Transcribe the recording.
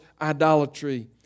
idolatry